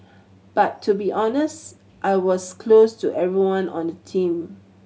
but to be honest I was close to everyone on the team